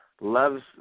loves